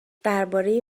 درباره